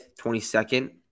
22nd